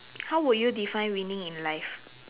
how would you define winning in life